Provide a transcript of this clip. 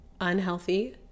unhealthy